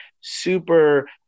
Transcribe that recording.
super